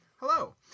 hello